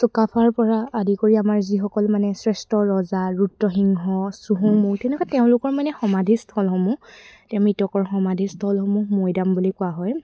চুকাফাৰ পৰা আদি কৰি আমাৰ যিসকল মানে শ্ৰেষ্ঠ ৰজা ৰুদ্ৰসিংহ তেনেকুৱা তেওঁলোকৰ মানে সমাধি স্থলসমূহ ইয়াত মৃতকৰ সমাধি স্থলসমূহ মৈদাম বুলি কোৱা হয়